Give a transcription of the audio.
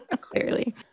Clearly